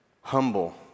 humble